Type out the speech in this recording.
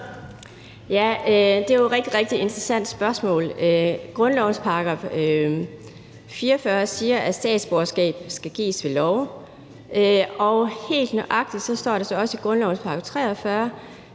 Ja, det er jo et rigtig, rigtig interessant spørgsmål. Grundlovens § 44 siger, at statsborgerskab skal gives ved lov. Helt nøjagtigt står der også i grundlovens § 43,